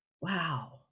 Wow